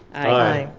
aye.